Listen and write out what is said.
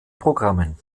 programmen